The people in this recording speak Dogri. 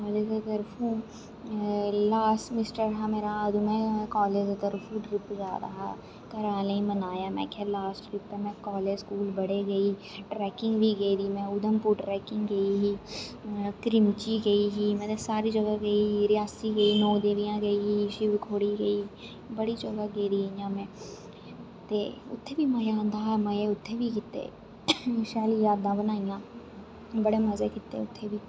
कालेज दी तरफों लास्ट स्मिस्टर हा मेरा अदूं में लास्ट स्मिस्टर ट्रिप जा दा हा घरे आह्लें गी मनाया में आखेआ लास्ट में कालेज बड़े गेई ट्रैकिंग बी गेदी में उधमपुर ट्रैकिंग गेई ही क्रमिची गेई गेई ही में सारी जगह् रियासी गेई नौ देवियां गेई शिवखोड़ी गेई बड़ी जगह् गेदी इ'यां में ते उत्थें बी मजा आंदा हा उत्थें बी मजे कीते शैल जादां बनाइयां इन्ने शैल मजे कीते उत्थें बी